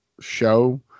show